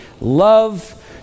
love